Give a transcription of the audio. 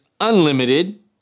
unlimited